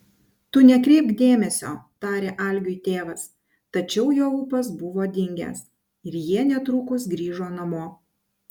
tu nekreipk dėmesio tarė algiui tėvas tačiau jo ūpas buvo dingęs ir jie netrukus grįžo namo